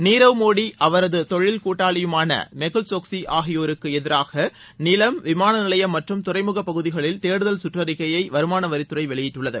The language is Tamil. நீரவ் மோடி மற்றும் அவரது தொழில் கூட்டாளி மெகுல் சோக்சி ஆகியோருக்கு எதிராக நிலம் விமான நிலையம் மற்றும் துறைமுகப்பகுதிகளில் தேடுதல் சுற்றறிக்கையை வருமானவரித்துறை வெளியிட்டுள்ளது